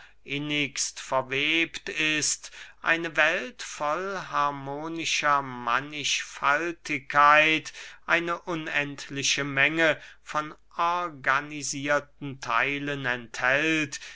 innigst verwebt ist eine welt voll harmonischer mannigfaltigkeit eine unendliche menge von organisierten theilen enthält